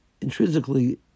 intrinsically